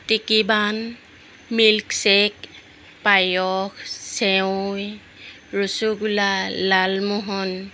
টিকিবান milkshake পায়স চেৱৈ ৰসগোল্লা লালমোহন